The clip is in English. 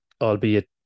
Albeit